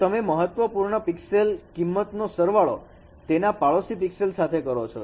તો તમે મહત્વપૂર્ણ પિક્સેલ કિંમત નો સરવાળો તેના પાડોશી પિક્સેલ સાથે કરો છો